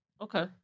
Okay